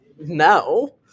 No